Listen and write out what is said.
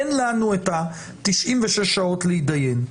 אין לנו את ה-96 שעות להתדיין.